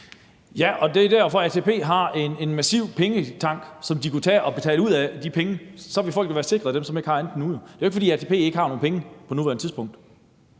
Ja, og det er derfor, ATP har en massiv pengetank, som de kunne bruge til at betale de penge. Så ville de folk, som ikke har andet nu, jo være sikret. Det er jo ikke, fordi ATP ikke har nogen penge på nuværende tidspunkt.